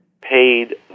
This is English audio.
paid